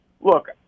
look